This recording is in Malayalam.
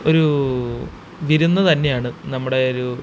ഒരു വിരുന്നു തന്നെയാണ് നമ്മുടെ ഒരു